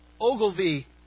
Ogilvy